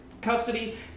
custody